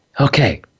Okay